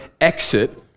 exit